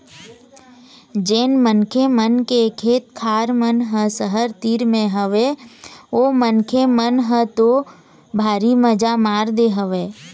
जेन मनखे मन के खेत खार मन ह सहर तीर म हवय ओ मनखे मन ह तो भारी मजा मार दे हवय